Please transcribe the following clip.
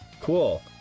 Cool